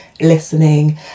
listening